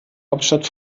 hauptstadt